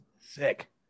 sick